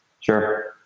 Sure